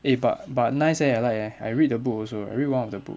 eh but but nice eh I like eh I read the book also I read one of the book